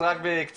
אז רק בקצרה.